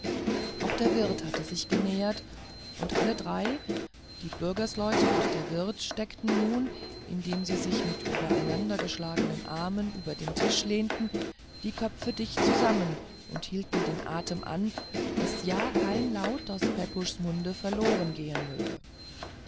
auch der wirt hatte sich genähert und alle drei die bürgersleute und der wirt steckten nun indem sie sich mit übereinandergeschlagenen armen über den tisch lehnten die köpfe dicht zusammen und hielten den atem an daß ja kein laut aus pepuschens munde verloren gehen möge